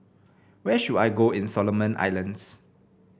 where should I go in Solomon Islands